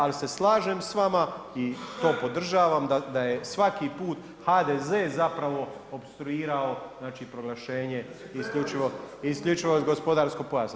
Ali se slažem s vama i to podržavam da je svaki put HDZ-e zapravo opstruirao znači proglašenje isključivog gospodarskog pojasa.